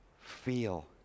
feel